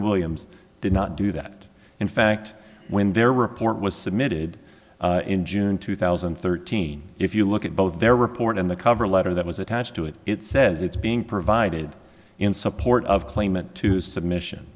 williams did not do that in fact when their report was submitted in june two thousand and thirteen if you look at both their report and the cover letter that was attached to it it says it's being provided in support of claimant to submission